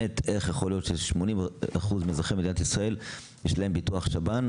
איך יכול להיות של-80% מאזרחי מדינת ישראל יש ביטוח שב"ן?